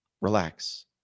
relax